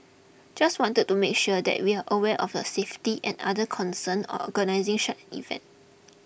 just wanted to make sure that we were aware of the safety and other concerns or organising event